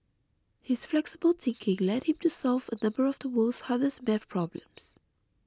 his flexible thinking led him to solve a number of the world's hardest math problems